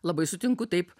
labai sutinku taip